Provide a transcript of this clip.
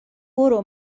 برو